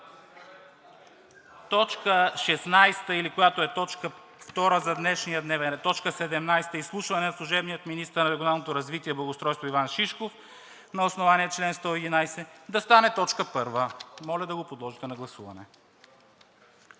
точка 16 или, която е точка втора за днешния дневен ред – точка 17, Изслушване на служебния министър на регионалното развитие и благоустройството Иван Шишков на основание чл. 111 да стане точка първа. Моля да го подложите на гласуване.